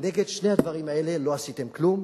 ונגד שני הדברים האלה לא עשיתם כלום,